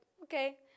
Okay